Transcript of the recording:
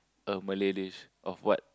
a Malay dish of what